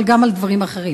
אבל גם על דברים אחרים,